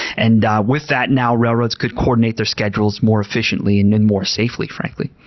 and with that, now railroads could coordinate their schedules more efficiently and and more safely, frankly.